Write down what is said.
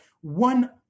one